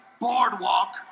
boardwalk